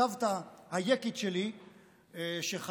הסבתא היקית שלי, שחייתה,